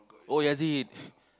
oh Yazid